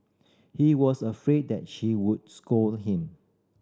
he was afraid that she would scold him